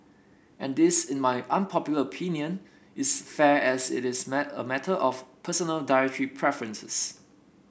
and this in my unpopular opinion is fair as it is a matter of personal dietary preferences